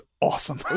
awesome